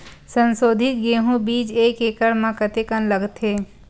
संसोधित गेहूं बीज एक एकड़ म कतेकन लगथे?